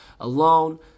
alone